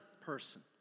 person